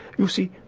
you see,